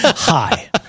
hi